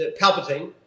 Palpatine